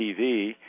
TV